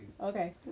Okay